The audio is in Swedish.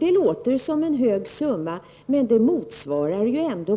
Det låter som en stor summa, men det motsvarar ändå